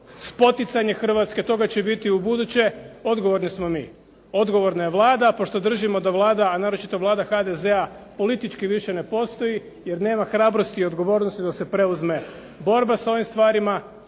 spoticanje Hrvatske, toga će biti i ubuduće, odgovorni smo mi, odgovorna je Vlada. Pošto držimo da Vlada, a naročito Vlada HDZ-a politički više ne postoji jer nema hrabrosti i odgovornosti da se preuzme borba s ovim stvarima,